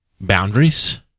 boundaries